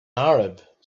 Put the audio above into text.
arab